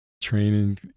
training